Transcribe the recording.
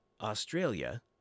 Australia